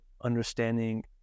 understanding